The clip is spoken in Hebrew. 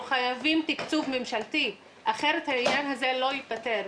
חייבים תקצוב ממשלתי אחרת העניין הזה לא ייפתר.